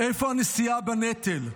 איפה הנשיאה בנטל?